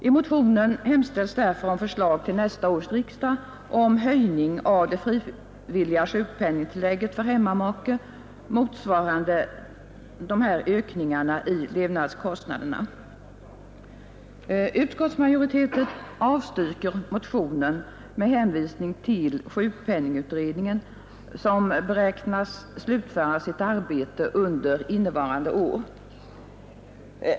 I motionen hemställes därför om förslag till nästa års riksdag om höjning av det frivilliga sjukpenningtillägget för hemmamake, motsvarande dessa ökningar i levnadskostnaderna. Utskottsmajoriteten avstyrker motionen med hänvisning till sjukpenningutredningen, som beräknas slutföra sitt arbete under innevarande år.